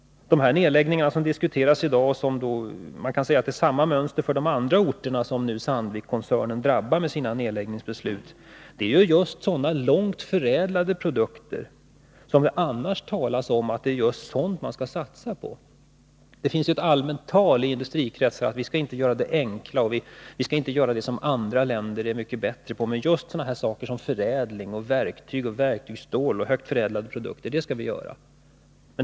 De nedläggningar som i dag diskuteras — det är samma mönster på de andra orter som Sandvikkoncernen drabbar med sina nedläggningsbeslut — gäller just sådana långt förädlade produkter som det annars talas om att vi skall satsa på. Det förs ju i industrikretsar ett allmänt tal om att vi inte skall göra enkla saker som andra länder är mycket bättre på utan just saker som verktygsstål, verktyg och andra högt förädlade produkter.